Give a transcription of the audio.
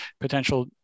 potential